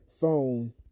phone